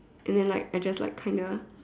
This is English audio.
and then like I just like kind the